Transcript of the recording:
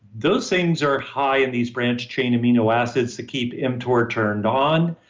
those things are high in these branched-chain amino acids to keep mtor turned on,